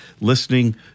Listening